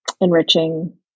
enriching